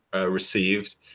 received